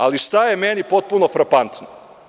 Ali, šta je meni potpuno frapantno?